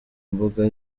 mbuga